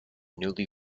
newly